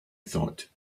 thought